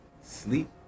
sleep